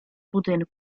budynku